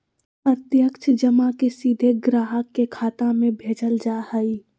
प्रत्यक्ष जमा के सीधे ग्राहक के खाता में भेजल जा हइ